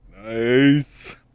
Nice